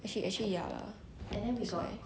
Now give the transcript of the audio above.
actually actually ya lor that's why